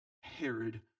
Herod